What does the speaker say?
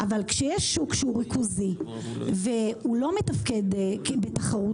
אבל כשיש שוק שהוא ריכוזי והוא לא מתפקד בתחרות